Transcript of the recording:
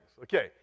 Okay